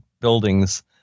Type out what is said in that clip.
buildings